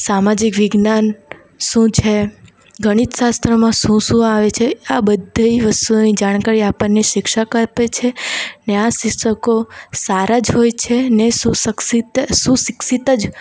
સામાજિક વિજ્ઞાન શું છે ગણિત શાસ્ત્રમાં શું શું આવે છે આ બધીએ વસ્તુની જાણકારી આપણને શિક્ષક આપે છે અને આ શિક્ષકો સારા જ હોય છે અને સુશિક્ષિત જ